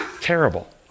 Terrible